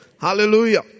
Hallelujah